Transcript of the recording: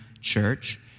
church